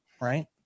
right